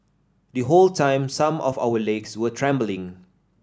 the whole time some of our legs were trembling